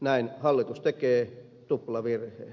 näin hallitus tekee tuplavirheen